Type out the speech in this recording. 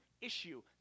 issue